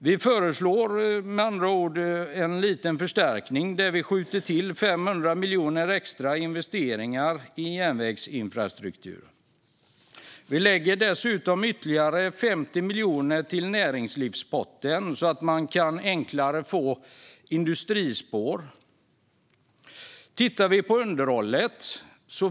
Vi föreslår med andra ord en liten förstärkning där vi skjuter till 500 miljoner extra i investeringar i järnvägsinfrastruktur. Vi lägger dessutom ytterligare 50 miljoner till näringslivspotten, så att man enklare kan få industrispår. Låt oss titta på underhållet.